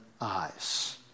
eyes